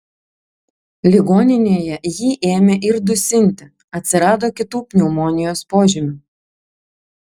ligoninėje jį ėmė ir dusinti atsirado kitų pneumonijos požymių